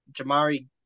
Jamari